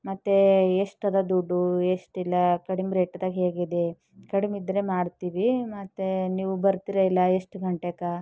ಮತ್ತು ಎಷ್ಟದ ದುಡ್ಡು ಎಷ್ಟಿಲ್ಲ ಕಡ್ಮೆ ರೇಟ್ದಾಗ ಹೇಗಿದೆ ಕಡಿಮಿದ್ರೆ ಮಾಡ್ತೀವಿ ಮತ್ತು ನೀವು ಬರ್ತೀರಾ ಇಲ್ಲ ಎಷ್ಟು ಗಂಟೆಗೆ